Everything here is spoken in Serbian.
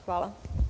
Hvala.